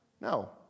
No